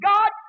God